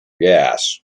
gas